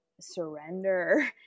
surrender